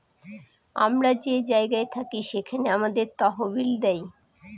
আমরা যে জায়গায় থাকি সেখানে আমাদের তহবিল দেয়